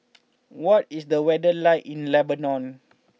what is the weather like in Lebanon